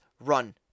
run